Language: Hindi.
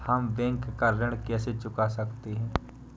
हम बैंक का ऋण कैसे चुका सकते हैं?